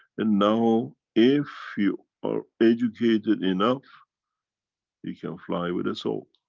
and now if you are educated enough you can fly with the soul.